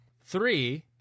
Three